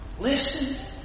listen